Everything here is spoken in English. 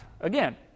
again